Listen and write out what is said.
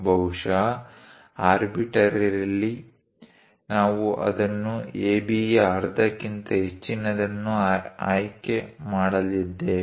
ಬಹುಶಃ ಆರ್ಬಿಟ್ರರಿಲಿ ನಾವು ಇದನ್ನು ABಯ ಅರ್ಧಕ್ಕಿಂತ ಹೆಚ್ಚಿನದನ್ನು ಆಯ್ಕೆ ಮಾಡಲಿದ್ದೇವೆ